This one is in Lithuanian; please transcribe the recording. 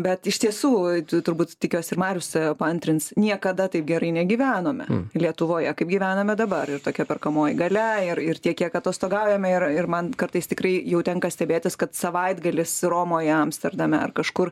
bet iš tiesų tu turbūt tikiuosi ir marius paantrins niekada taip gerai negyvenome lietuvoje kaip gyvename dabar ir tokia perkamoji galia ir ir tiek kiek atostogaujame ir ir man kartais tikrai jau tenka stebėtis kad savaitgalis romoje amsterdame ar kažkur